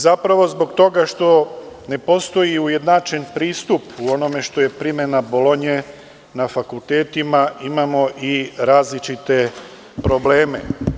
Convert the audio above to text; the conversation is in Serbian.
Zapravo, zbog toga što ne postoji ujednačen pristup u onome što je primena Bolonje na fakultetima, imamo i različite probleme.